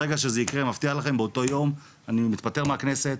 ברגע שזה יקרה מבטיח לכם באותו יום אני מתפטר מהכנסת,